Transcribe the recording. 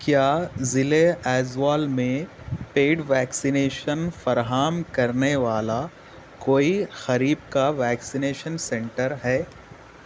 کیا ضلع ایزوال میں پیڈ ویکسینیشن فراہم کرنے والا کوئی قریب کا ویکسینیشن سنٹر ہے